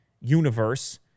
universe